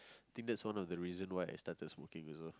I think that's one of the reason why I started smoking also